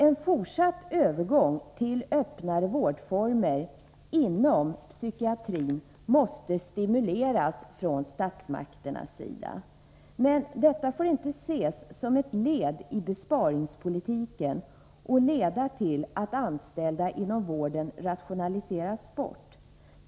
En fortsatt övergång till öppnare vårdformer inom psykiatrin måste stimuleras från statsmakternas sida. Men detta får inte ses som ett led i besparingspolitiken och leda till att anställda inom vården rationaliseras bort.